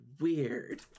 weird